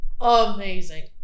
amazing